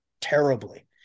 terribly